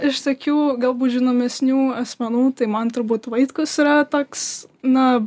iš tokių galbūt žinomesnių asmenų tai man turbūt vaitkus yra toks na